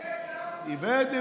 איפה איווט?